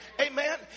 Amen